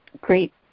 great